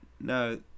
No